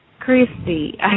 Christy